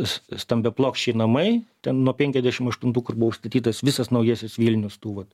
stambiaplokščiai namai ten nuo penkiasdešim aštuntų kur buvo užstatytas visas naujasis vilnius tų vat